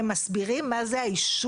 הם מסבירים מה זה היישוב.